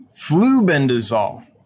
Flubendazole